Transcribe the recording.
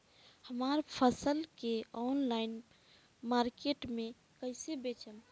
हमार फसल के ऑनलाइन मार्केट मे कैसे बेचम?